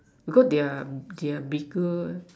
because they are they are bigger